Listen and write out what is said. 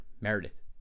Meredith